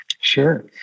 Sure